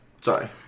Sorry